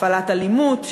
הפעלת אלימות,